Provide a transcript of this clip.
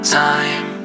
time